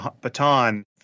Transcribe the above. baton